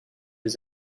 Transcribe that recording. les